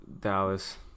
Dallas